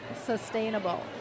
sustainable